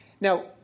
Now